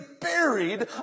buried